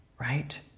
Right